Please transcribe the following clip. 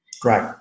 Great